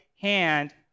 hand